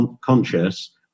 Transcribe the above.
conscious